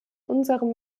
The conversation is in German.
unserem